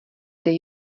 dej